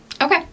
Okay